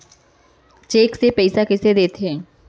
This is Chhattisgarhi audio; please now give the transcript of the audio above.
चेक से पइसा कइसे देथे?